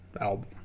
album